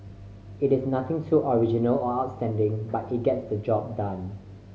it is nothing too original or outstanding but it gets the job done